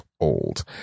old